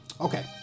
okay